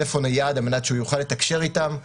נייד, על מנת שהוא יוכל לתקשר איתם,